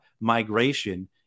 migration